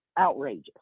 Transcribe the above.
Outrageous